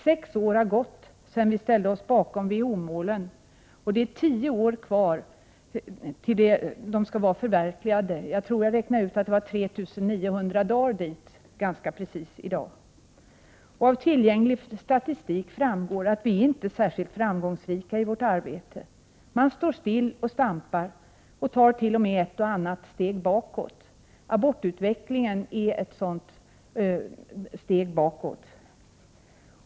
Sex år har gått sedan vi ställde oss bakom WHO målen, och det är tio år kvar tills dessa skall vara förverkligade. Jag tror att det i dag är ganska exakt 3 900 dagar till dess. Av tillgänglig statistik framgår att vi inte är särskilt framgångsrika i vårt arbete. Man står still och stampar och tar t.o.m. ett och annat steg bakåt. Ett exempel på att man går ett steg bakåt är abortutvecklingen.